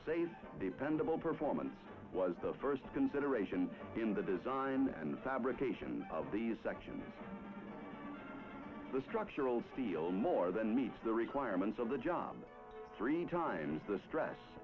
sections dependable performance was the first consideration in the design and fabrication of the section the structural steel more than meets the requirements of the job three times the stress